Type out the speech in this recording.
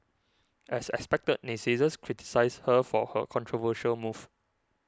as expected naysayers criticised her for her controversial move